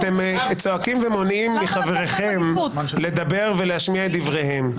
-- אתם צועקים ומונעים מחבריכם לדבר ולהשמיע את דבריהם.